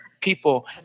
people